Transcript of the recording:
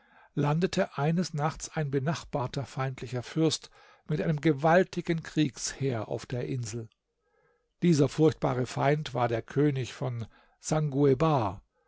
landete eines nachts ein benachbarter feindlicher fürst mit einem gewaltigen kriegsheer auf der insel dieser furchtbare feind war der könig von